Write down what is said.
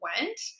went